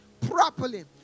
properly